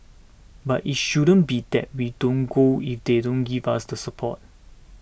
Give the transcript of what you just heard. but it shouldn't be that we don't go if they don't give us the support